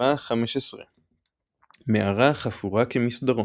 - מספרה 15. מערה החפורה כמסדרון.